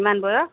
কিমান বয়স